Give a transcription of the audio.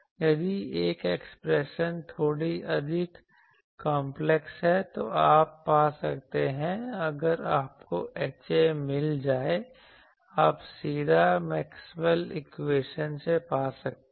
यदि यह एक्सप्रेशन थोड़ी अधिक कंपलेक्स है तो आप पा सकते हैं अगर आपको HA मिल जाए आप सीधा मैक्सवेल इक्वेशन से पा सकते हैं